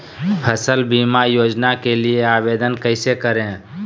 फसल बीमा योजना के लिए आवेदन कैसे करें?